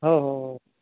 हो हो हो